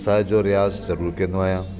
सा जो रियाज़ ज़रूरु कंदो आहियां